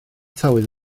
tywydd